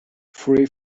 three